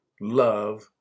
love